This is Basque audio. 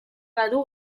badu